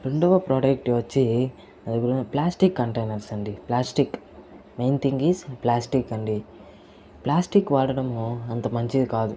రెండవ ప్రోడక్ట్ వచ్చి plastic containers అండి plastic main thing is plastic అండి ప్లాస్టిక్ వాడడం అంత మంచిది కాదు